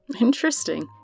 Interesting